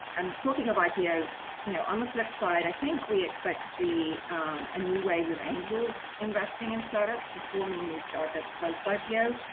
and talking of ipos, you know on the flipside, i think we expect to see um a new wave of angels investing in startups and forming new startups post-ipo.